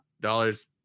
dollars